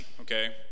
okay